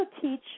teach